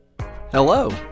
Hello